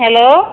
hello